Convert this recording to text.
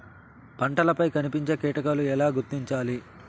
పంటలపై కనిపించే కీటకాలు ఎలా గుర్తించాలి?